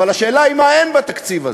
אבל השאלה היא: מה אין בתקציב הזה?